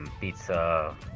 pizza